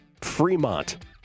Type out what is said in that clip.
Fremont